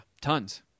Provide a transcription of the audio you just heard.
Tons